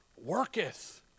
Worketh